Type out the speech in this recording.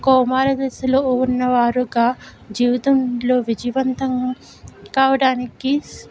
కోమార దశలో ఉన్నవారుగా జీవితంలో విజయవంతం కావడానికి